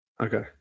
Okay